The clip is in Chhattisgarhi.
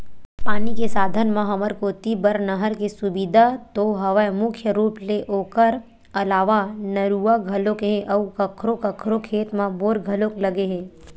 पानी के साधन म हमर कोती बर नहर के सुबिधा तो हवय मुख्य रुप ले ओखर अलावा नरूवा घलोक हे अउ कखरो कखरो खेत म बोर घलोक लगे हे